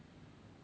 becau~